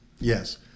Yes